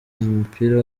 mupira